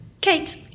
Kate